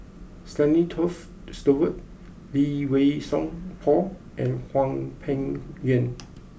Stanley Toft Stewart Lee Wei Song Paul and Hwang Peng Yuan